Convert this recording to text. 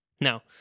Now